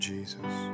Jesus